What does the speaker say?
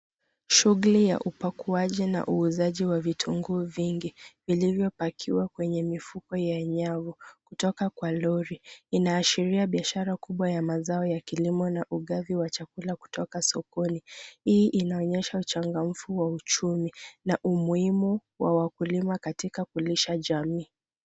Shughuli ya upakuaji na uuzaji wa vitunguu vingi vilivyopakiwa kwenye mifuko ya nyavu kutoka kwa lori, inaashiria biashara kubwa ya mazao ya kilimo na ungavi wa chakula kutoka sokoni. Hii inaonyesha uchangamfu wa uchumi na umuhimu wa wakulima katika kulisha jamii.